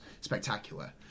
spectacular